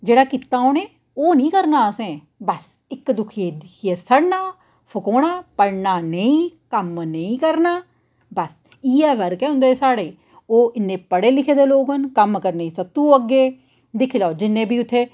इक चीज बड़ी स्हेई ऐ साढ़े पता केह् ऐ फैशन ऐ छड़ा फैशन बड़ा फैशन ऐ इत्थै मड़ो उस्सी दिक्खेआ अज्ज उ'न्नै लाल लाए दा ही ते में पीला गै लाना हून हून मिगी बी एह् चाहिदा गै ऐ ओह्दी कुड़ी ना एह् लेई लेआ मि'म्मी लैना ओह्दे पुत्र ने एह् लेई लैता ते मीं एह् लैना